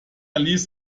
ließ